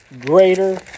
greater